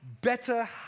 better